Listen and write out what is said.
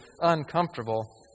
uncomfortable